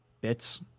bits